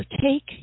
take